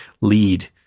lead